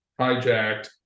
hijacked